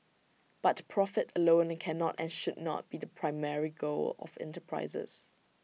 but profit alone cannot and should not be the primary goal of enterprises